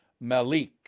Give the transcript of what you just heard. Malik